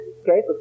Okay